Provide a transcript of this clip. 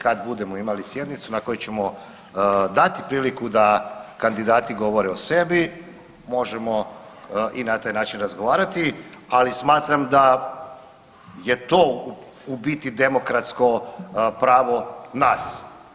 Kad budemo imali sjednicu na kojoj ćemo dati priliku da kandidati govore o sebi, možemo i na taj način razgovarati, ali smatram da je to u biti demokratsko pravo nas.